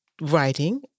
writing